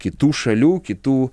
kitų šalių kitų